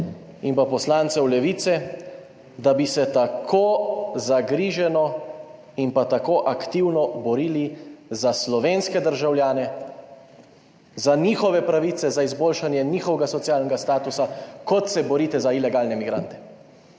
in pa poslancev Levice, da bi se tako zagrizeno in pa tako aktivno borili za slovenske državljane, za njihove pravice za izboljšanje njihovega socialnega statusa kot se borite za ilegalne migrante.